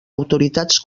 autoritats